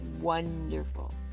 wonderful